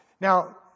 Now